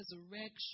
resurrection